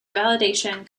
validation